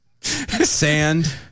sand